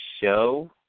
show